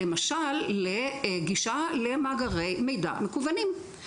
למשל לגישה למאגרי מידע מקוונים,